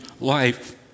life